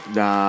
da